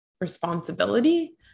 responsibility